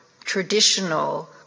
traditional